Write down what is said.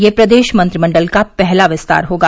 यह प्रदेश मंत्रिमंडल का पहला विस्तार होगा